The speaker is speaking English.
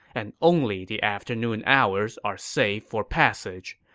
and only the afternoon hours are safe for passage.